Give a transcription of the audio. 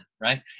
right